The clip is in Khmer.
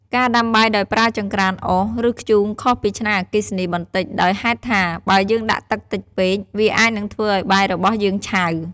ការដាំបាយដោយប្រើចង្រ្កានអុស ឬ ធ្យូងខុសពីឆ្នាំងអគ្គិសនីបន្តិច ដោយហេតុថា បើយើងដាក់ទឹកតិចពេក វាអាចនឹងធ្វើឱ្យបាយរបស់យើងឆៅ។